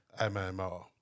MMR